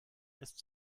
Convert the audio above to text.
ist